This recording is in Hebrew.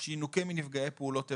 שינוכה מנפגעי פעולות איבה.